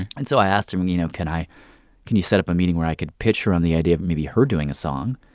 and and so i asked him, you know, can i can you set up a meeting where i could pitch her on the idea of maybe her doing a song?